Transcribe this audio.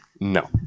No